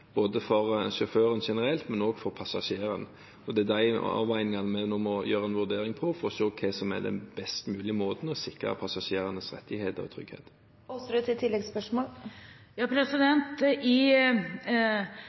sjåføren og passasjeren. Det er de avveiningene vi nå må gjøre en vurdering av for å se hva som er den best mulige måten å sikre passasjerenes rettigheter og trygghet på. Blant annet Norges Taxiforbund ønsker seg større styringsrett over sjåførene nettopp for i